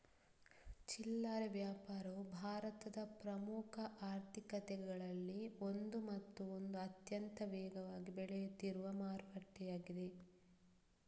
ಚಿಲ್ಲರೆ ವ್ಯಾಪಾರವು ಭಾರತದ ಪ್ರಮುಖ ಆರ್ಥಿಕತೆಗಳಲ್ಲಿ ಒಂದು ಮತ್ತು ಇದು ಅತ್ಯಂತ ವೇಗವಾಗಿ ಬೆಳೆಯುತ್ತಿರುವ ಮಾರುಕಟ್ಟೆಯಾಗಿದೆ